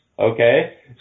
Okay